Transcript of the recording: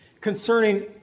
concerning